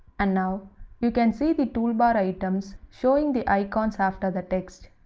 and now you can see the toolbar items showing the icons after the text.